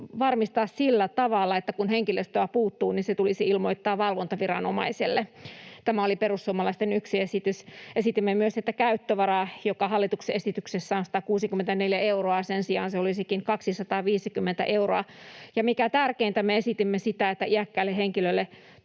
varmistaa sillä tavalla, että kun henkilöstöä puuttuu, niin se tulisi ilmoittaa valvontaviranomaiselle. Tämä oli perussuomalaisten yksi esitys. Esitimme myös, että käyttövara, joka hallituksen esityksessä on 164 euroa, sen sijaan olisikin 250 euroa, ja mikä tärkeintä me esitimme, että iäkkäälle henkilölle